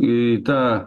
į tą